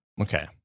Okay